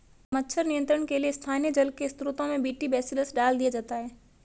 मच्छर नियंत्रण के लिए स्थानीय जल के स्त्रोतों में बी.टी बेसिलस डाल दिया जाता है